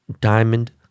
diamond